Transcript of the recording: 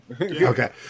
Okay